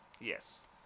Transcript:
yes